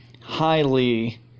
highly